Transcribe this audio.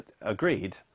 agreed